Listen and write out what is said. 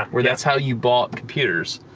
where that's how you bought computers.